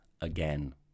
again